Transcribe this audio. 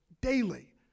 daily